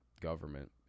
government